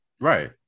Right